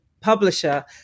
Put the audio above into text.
publisher